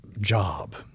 job